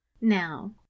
Now